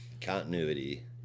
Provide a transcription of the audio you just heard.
continuity